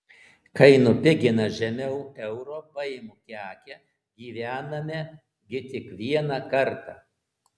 kai nupigina žemiau euro paimu kekę gyvename gi tik vieną kartą